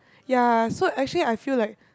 ya so actually I feel like